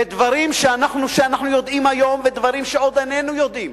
ודברים שאנחנו יודעים היום ודברים שעוד איננו יודעים,